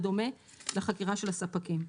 בדומה לחקירה של הספקים.